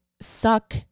suck